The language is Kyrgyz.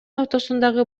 ортосундагы